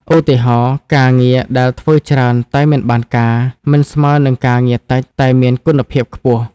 ឧទាហរណ៍ ការងារដែលធ្វើច្រើនតែមិនបានការ មិនស្មើនឹងការងារតិចតែមានគុណភាពខ្ពស់។